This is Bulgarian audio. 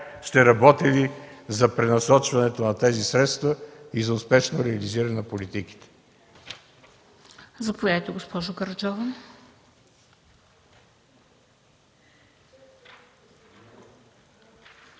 сте работили за пренасочването на тези средства и за успешно реализиране на политиките.